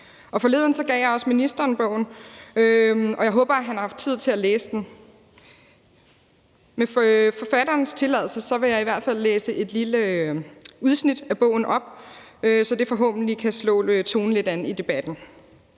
mig. Forleden gav jeg også ministeren bogen, og jeg håber, at han har haft tid til at læse den. Med forfatterens tilladelse vil jeg i hvert fald læse et lille udsnit af bogen op, så det forhåbentlig kan slå tonen i debatten